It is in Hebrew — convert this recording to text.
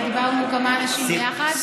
דיברנו כמה אנשים ביחד.